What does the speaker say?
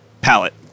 palette